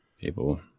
people